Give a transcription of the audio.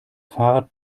fahrrad